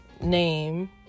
name